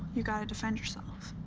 you gotta defend yourself.